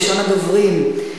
ראשון הדוברים,